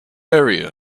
area